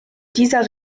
dieser